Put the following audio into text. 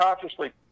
consciously